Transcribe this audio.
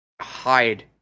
hide